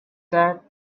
that